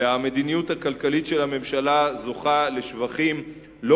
והמדיניות הכלכלית של הממשלה זוכה לשבחים לא